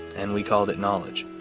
and we called it knowledge